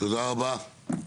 תודה רבה.